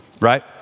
right